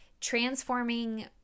transforming